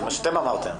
זה מה שאתם אמרתם.